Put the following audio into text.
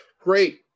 great